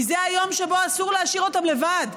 כי זה היום שבו אסור להשאיר אותם לבד.